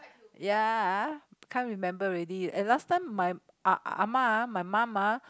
ya can't remember already and last time my ah ah-ma ah my mum ah